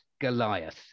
Goliath